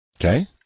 okay